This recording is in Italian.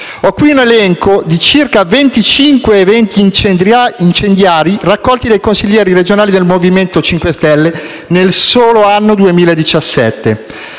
Ho qui un elenco di circa 25 eventi incendiari raccolti dai consiglieri regionali del Movimento 5 Stelle nel solo anno 2017.